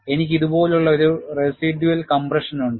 എനിക്ക് ഇതുപോലുള്ള ഒരു റെസിഡ്യൂള് കംപ്രഷൻ ഉണ്ട്